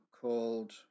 called